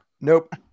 nope